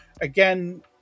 again